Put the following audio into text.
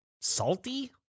salty